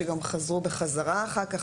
שגם חזרו בחזרה אחר כך,